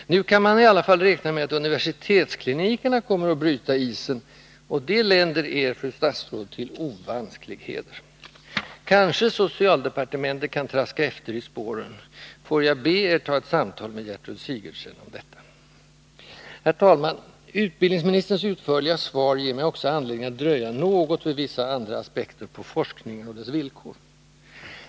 Nu kan man i alla fall räkna med att universitetsklinikerna kommer att bryta isen, och det länder er, fru statsråd, till ovansklig heder. Kanske socialdepartementet kan traska efter i spåren? Får jag be er ta ett samtal med Gertrud Sigurdsen om detta. Herr talman! Utbildningsministerns utförliga svar ger mig också anledning att dröja något vid vissa andra aspekter på forskningen och dess villkor.